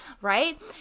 right